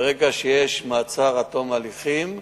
ברגע שיש מעצר עד תום ההליכים,